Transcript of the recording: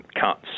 cuts